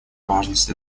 важность